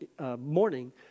morning